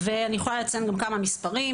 אני יכולה לציין גם כמה מספרים: